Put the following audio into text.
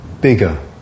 bigger